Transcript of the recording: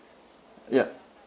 ya